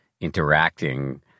interacting